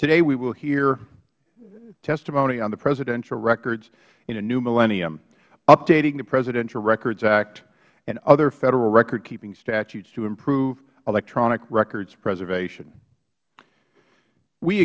today we will hear testimony on the presidential records in the new millennium updating the presidential records act and other federal recordkeeping statutes to improve electronic records preservation we